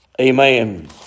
Amen